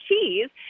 cheese